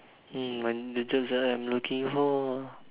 hmm that is just what I am looking for